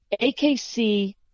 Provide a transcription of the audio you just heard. AKC